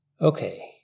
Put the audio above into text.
Okay